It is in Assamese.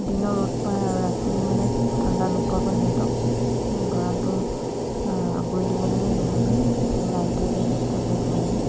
দিনৰ ৰ'দ পায় আৰু ৰাতি মানে ঠাণ্ডা নোপোৱাকৈ সিহঁতক গঁৰালটো আৱৰি দিব লাগে নহ'লে লাইটৰ ব্যৱস্থা কৰি দিব লাগে